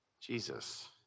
Jesus